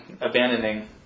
abandoning